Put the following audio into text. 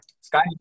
Sky